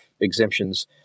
exemptions